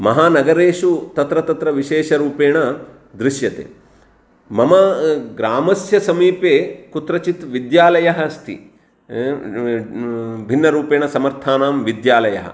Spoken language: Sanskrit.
महानगरेषु तत्र तत्र विशेषरूपेण दृश्यते मम ग्रामस्य समीपे कुत्रचित् विद्यालयः अस्ति भिन्नरूपेण समर्थानां विद्यालयः